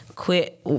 Quit